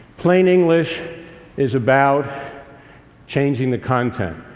plain english is about changing the content.